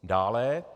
Dále.